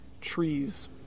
trees